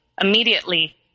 Immediately